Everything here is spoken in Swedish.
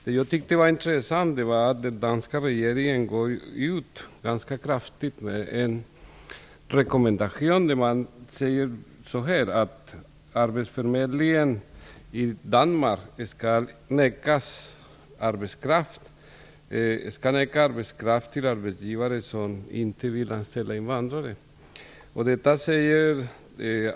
Det jag tyckte var intressant var att den danska regeringen går ut ganska kraftigt med en rekommendation där man säger att arbetsförmedlingen i Danmark skall neka arbetskraft till arbetsgivare som inte vill anställa invandrare.